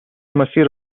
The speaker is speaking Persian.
مسیر